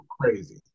crazy